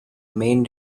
main